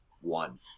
one